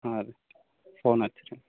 ಹಾಂ ರೀ ಫೋನ್ ಹಚ್ಚಿರಿ